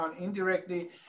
indirectly